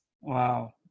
Wow